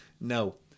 No